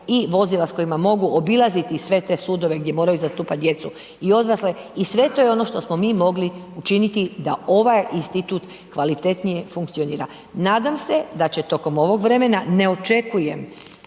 i vozila s kojima mogu obilaziti sve te sudove gdje moraju zastupati djecu i odrasle i sve je to ono što smo mi mogli učiniti da ovaj institut kvalitetnije funkcionira. Nadam se da će tokom ovog vremena, ne očekujem